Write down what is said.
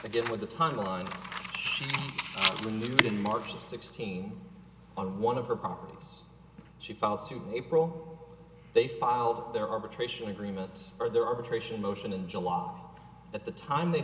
get with the timeline in march of sixteen on one of her properties she filed suit april they filed their arbitration agreement for their arbitration motion in july at the time they